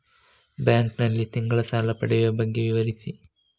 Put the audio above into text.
Bank ನಲ್ಲಿ ತಿಂಗಳ ಸಾಲ ಪಡೆಯುವ ಬಗ್ಗೆ ವಿವರಿಸಿ?